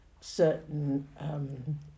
certain